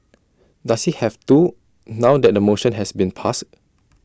does he have to now that the motion has been passed